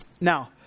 Now